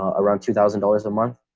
ah around two thousand dollars a month.